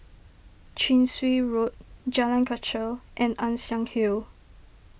Chin Swee Road Jalan Kechil and Ann Siang Hill